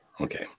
Okay